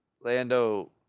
Lando